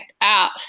out